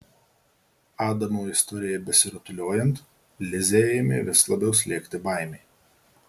adamo istorijai besirutuliojant lizę ėmė vis labiau slėgti baimė